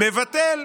מבטל.